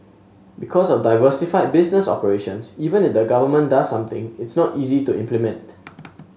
because of diversified business operations even if the government does something it's not easy to implement